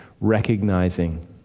recognizing